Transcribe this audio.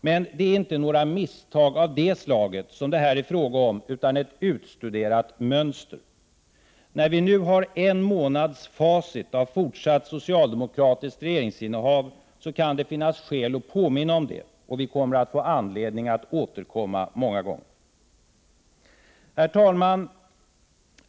Men det är inte några misstag av det slaget som det är fråga om här, utan ett utstuderat mönster. När vi nu har en månads facit av fortsatt socialdemokratiskt regeringsinnehav kan det finnas skäl att påminna om det — och vi kommer att få anledning att återkomma många gånger! Herr talman!